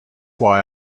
why